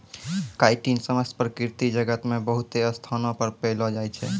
chitin समस्त प्रकृति जगत मे बहुते स्थानो पर पैलो जाय छै